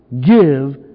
Give